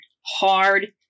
hard